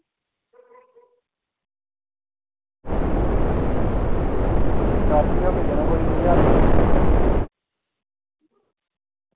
Scorpio दा पेई जाना कोई ज्हार धोड़ी